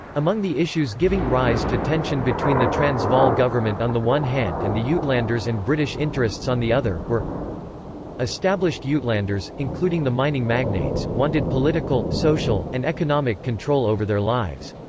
among the issues giving rise to tension between the transvaal government on the one hand and the yeah uitlanders and british interests on the other, were established yeah uitlanders, including the mining magnates, wanted political, social, and economic control over their lives.